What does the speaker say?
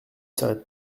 s’arrête